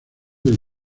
del